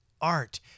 art